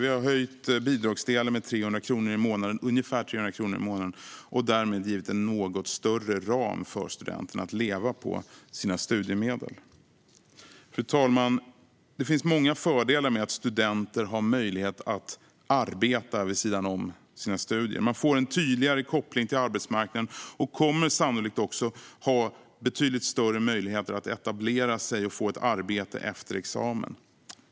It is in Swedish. Vi har höjt bidragsdelen med ungefär 300 kronor i månaden och därmed gett en något större ram för studenterna att leva på sina studiemedel. Fru talman! Det finns många fördelar med att studenter har möjlighet att arbeta vid sidan om sina studier. De får en tydligare koppling till arbetsmarknaden och kommer sannolikt också att ha betydligt större möjligheter att etablera sig och få ett arbete efter examen.